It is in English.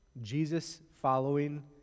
Jesus-following